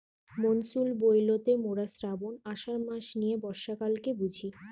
monsoon বইলতে মোরা শ্রাবন, আষাঢ় মাস নিয়ে বর্ষাকালকে বুঝি